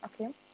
okay